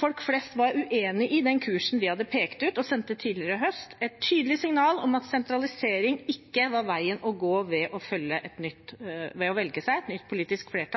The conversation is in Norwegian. Folk flest var uenig i kursen de hadde pekt ut, og tidligere i høst sendte de ut et tydelig signal om at sentralisering ikke er veien å gå, ved å velge seg et nytt